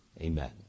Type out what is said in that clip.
Amen